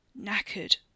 Knackered